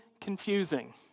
confusing